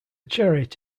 chariot